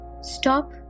Stop